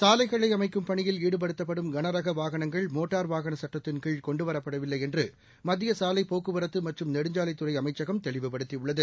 சாலைகளை அமைக்கும் பணியில் ஈடுபடுத்தப்படும் கனரக வாகனங்கள் மோட்டார் வாகன சுட்டத்தின்கீழ் கொண்டுவரப்படவில்லை என்று மத்திய சாலைப் போக்குவரத்து மற்றும் நெடுஞ்சாலைத்துறை அமைச்சகம் தெளிவுபடுத்தியுள்ளது